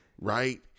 right